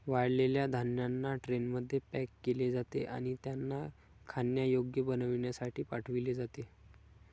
वाळलेल्या धान्यांना ट्रेनमध्ये पॅक केले जाते आणि त्यांना खाण्यायोग्य बनविण्यासाठी पाठविले जाते